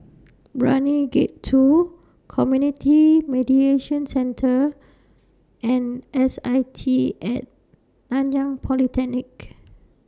Brani Gate two Community Mediation Centre and S I T At Nanyang Polytechnic